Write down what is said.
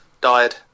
died